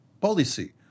policy